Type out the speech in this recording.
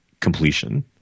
completion